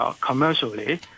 commercially